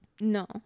No